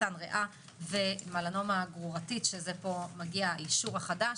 סרטן ריאה ומלנומה גרורתית, שזה מגיע האישור החדש.